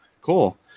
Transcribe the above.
cool